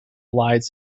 lies